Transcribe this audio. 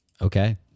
Okay